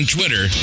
Twitter